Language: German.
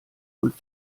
und